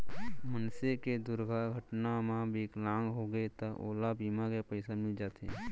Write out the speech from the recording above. मनसे के दुरघटना म बिकलांग होगे त ओला बीमा के पइसा मिल जाथे